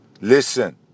Listen